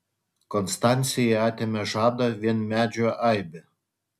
konstancijai atėmė žadą vien medžių aibė